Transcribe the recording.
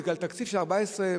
בגלל תקציב של 14 מיליון,